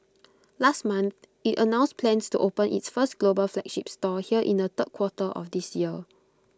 last month IT announced plans to open its first global flagship store here in the third quarter of this year